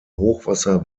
hochwasser